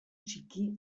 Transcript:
txiki